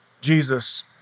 Jesus